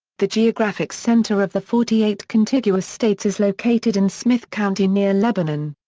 the geographic center of the forty eight contiguous states is located in smith county near lebanon.